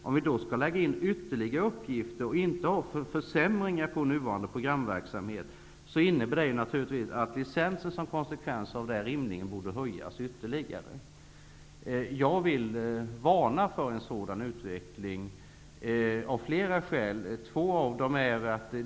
Om vi då skall lägga in ytterligare uppgifter och inte vill ha försämringar av nuvarande programverksamhet borde naturligtvis licensen som en konsekvens av det rimligen höjas ytterligare. Jag vill av flera skäl varna för en sådan utveckling.